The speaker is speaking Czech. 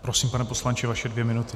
Prosím, pane poslanče, vaše dvě minuty.